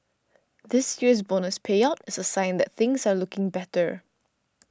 this year's bonus payout is a sign that things are looking better